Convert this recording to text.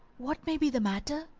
what may be the matter?